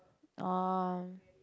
orh